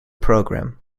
program